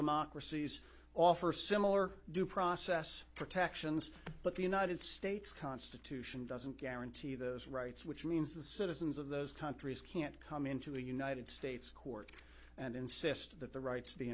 democracies offer similar due process protections but the united states constitution doesn't guarantee those rights which means the citizens of those countries can't come into a united states court and insist that the rights